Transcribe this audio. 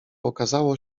okazało